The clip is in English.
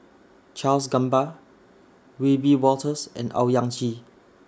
Charles Gamba Wiebe Wolters and Owyang Chi